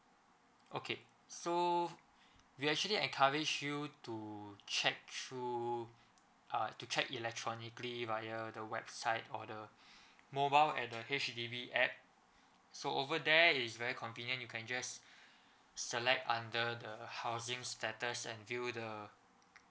okay so we actually encourage you to check through uh to check electronically via the website or the mobile at the H_D_B app so over there is very convenient you can just select under the housing status and view the